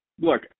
look